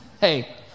Hey